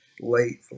late